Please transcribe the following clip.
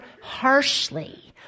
harshly